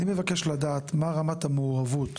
אני מבקש לדעת מה רמת המעורבות,